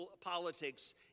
politics